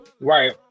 Right